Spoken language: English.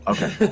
Okay